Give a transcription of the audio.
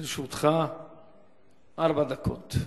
לרשותך ארבע דקות.